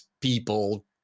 people